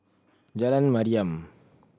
Jalan Mariam